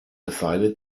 decided